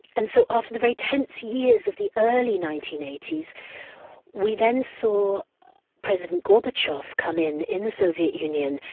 and so after the very tense years of the early nineteen eighty s we then saw president gorbachev come in, in the soviet union,